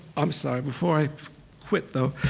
um sorry, before i quit, though.